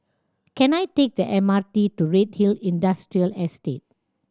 can I take the M R T to Redhill Industrial Estate